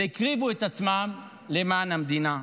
והקריבו את עצמם למען המדינה.